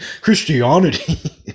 Christianity